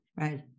right